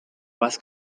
was